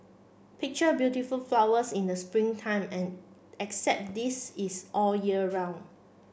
picture beautiful flowers in the spring time and except this is all year round